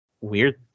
Weird